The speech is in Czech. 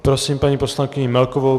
Prosím paní poslankyni Melkovou.